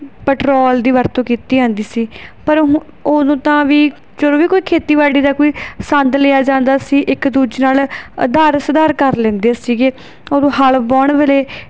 petrol ਦੀ ਵਰਤੋਂ ਕੀਤੀ ਜਾਂਦੀ ਸੀ ਪਰ ਹੁਣ ਉਦੋਂ ਤਾਂ ਵੀ ਜਦੋਂ ਵੀ ਕੋਈ ਖੇਤੀਬਾੜੀ ਦਾ ਕੋਈ ਸੰਦ ਲਿਆ ਜਾਂਦਾ ਸੀ ਇੱਕ ਦੂਜੇ ਨਾਲ ਉਧਾਰ ਸੁਧਾਰ ਕਰ ਲੈਂਦੇ ਸੀਗੇ ਉਦੋਂ ਹਲ ਵਾਹੁਣ ਵੇਲੇ